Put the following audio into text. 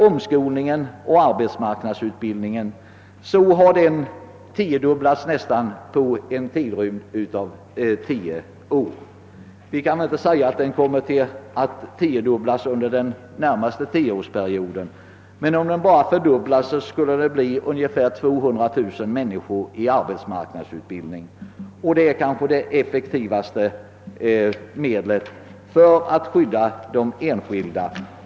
Omskolningen och arbetsmarknadsutbildningen har tiodubblats under en tid av tio år. Vi kan inte säga att den kommer att tiodubblas även under den närmaste tioårsperioden, men om den bara fördubblas skulle det innebära att vi har ungefär 200 000 människor i arbetsmarknadsutbildning. Det är kanske det effektivaste medlet för att skydda de enskilda.